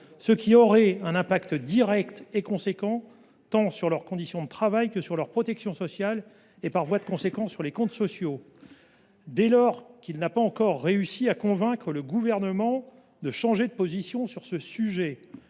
qui aurait un impact direct et considérable, tant sur leurs conditions de travail que sur leur protection sociale et, par voie de conséquence, sur les comptes sociaux. Comme il n’a pas encore réussi à convaincre le Gouvernement de changer de position sur ce sujet,